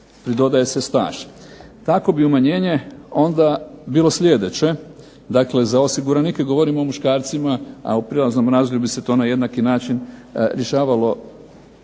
pridodaje se staž. Tako bi umanjenje onda bilo sljedeće, dakle za osiguranike – govorimo o muškarcima, a u prijelaznom razdoblju bi se to na jednaki način rješavalo za žene